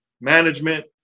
management